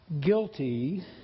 guilty